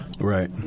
Right